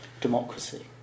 democracy